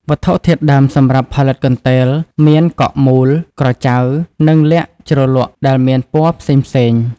វត្ថុធាតុដើមសំរាប់ផលិតកន្ទេលមាន កក់មូល ក្រចៅ និងល័ខជ្រលក់ដែល មានពណ៌ផ្សេងៗ។